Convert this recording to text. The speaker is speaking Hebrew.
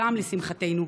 הפעם לשמחתנו,